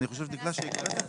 אני חושב שהקראת את זה.